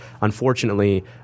unfortunately